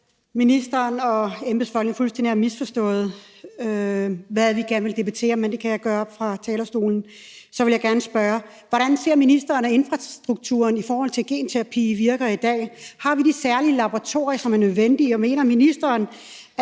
ministeren og embedsfolkene fuldstændig har misforstået, hvad det er, vi gerne vil debattere, men det kan jeg tale om oppe fra talerstolen. Så jeg vil gerne spørge: Hvordan ser ministeren at infrastrukturen i forhold til genterapi virker i dag? Har vi de særlige laboratorier, som er nødvendige? Og mener ministeren,